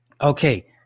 Okay